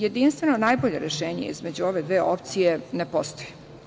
Jedinstveno, najbolje rešenje između ove dve opcije ne postoje.